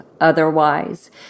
otherwise